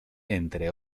entre